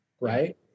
Right